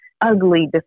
ugly